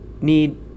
need